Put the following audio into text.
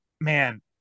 man